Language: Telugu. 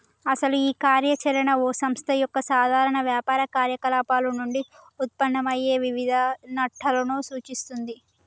అసలు ఈ కార్య చరణ ఓ సంస్థ యొక్క సాధారణ వ్యాపార కార్యకలాపాలు నుండి ఉత్పన్నమయ్యే వివిధ నట్టులను సూచిస్తుంది